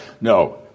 No